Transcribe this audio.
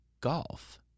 golf